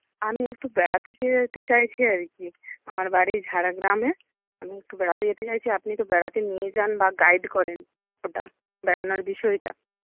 আমি একটু বেড়াতে যেতে চাইছি আর কি আমার বাড়ি ঝাড়গ্রামে আমি একটু বেড়াতে যেতে চাইছি আপনি তো বেড়াতে নিয়ে যান বা গাইড করেন ওটা বেড়ানোর বিষয়টা